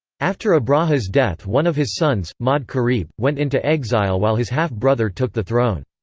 after abraha's death one of his sons, ma'd-karib, went into exile while his half-brother took the throne.